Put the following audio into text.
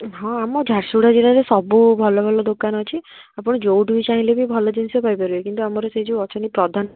ହଁ ଆମ ଝାରସୁଗୁଡ଼ା ଜିଲ୍ଲାରେ ସବୁ ଭଲ ଭଲ ଦୋକାନ ଅଛି ଆପଣ ଯେଉଁଠି ବି ଚାହିଁଲେ ବି ଭଲ ଜିନିଷ ପାଇପାରିବେ କିନ୍ତୁ ଆମର ସେଇ ଯେଉଁ ଅଛନ୍ତି ପ୍ରଧାନ